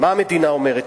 מה המדינה אומרת?